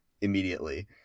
immediately